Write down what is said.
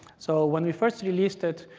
so when we first released it,